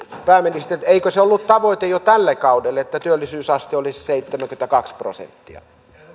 eikö se ollut tavoite jo tälle kaudelle että työllisyysaste olisi seitsemänkymmentäkaksi prosenttia arvoisa puhemies